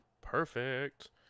Perfect